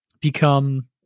become